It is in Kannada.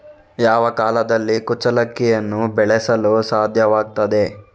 ಯಾವ ಕಾಲದಲ್ಲಿ ಕುಚ್ಚಲಕ್ಕಿಯನ್ನು ಬೆಳೆಸಲು ಸಾಧ್ಯವಾಗ್ತದೆ?